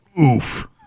Oof